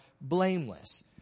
blameless